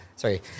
sorry